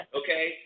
okay